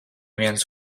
viens